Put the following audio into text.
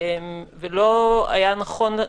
לא היה נכון מבחינתנו,